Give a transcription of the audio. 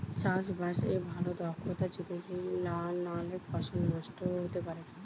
চাষে বাসে ভালো দক্ষতা জরুরি নালে ফসল নষ্ট হতে পারে